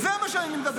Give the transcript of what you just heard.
על זה מה אני מדבר,